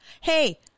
Hey